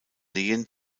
lehen